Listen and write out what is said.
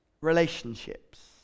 relationships